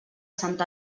sant